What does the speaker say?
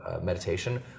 meditation